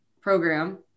program